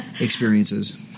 experiences